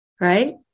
right